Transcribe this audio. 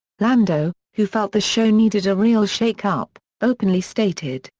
lando, who felt the show needed a real shake up, openly stated,